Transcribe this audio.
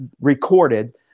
recorded